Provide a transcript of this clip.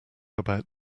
about